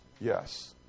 Yes